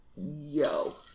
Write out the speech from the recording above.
yo